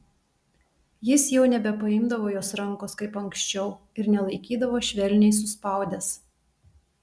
jis jau nebepaimdavo jos rankos kaip anksčiau ir nelaikydavo švelniai suspaudęs